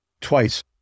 twice